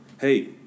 Hey